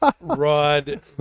Rod